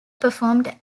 performed